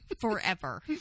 Forever